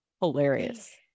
Hilarious